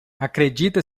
acredita